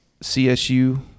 CSU